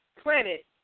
planet